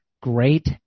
great